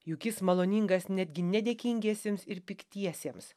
juk jis maloningas netgi nedėkingiesiems ir piktiesiems